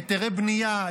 היתרי בנייה,